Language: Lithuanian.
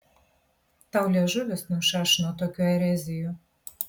tau liežuvis nušaš nuo tokių erezijų